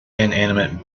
inanimate